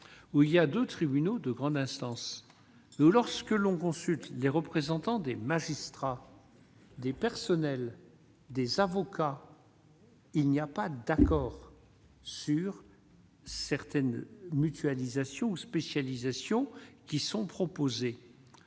où il y a 2 tribunaux de grande instance ou lorsque l'on consulte les représentants des magistrats. Des personnels des avocats. Il n'y a pas d'accord sur. Certaine mutualisation spécialisations qui sont proposées